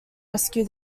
rescue